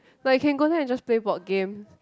like you can go there and just play board game